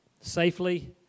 safely